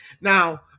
Now